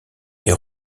est